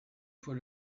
fois